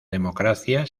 democracia